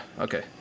Okay